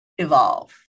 evolve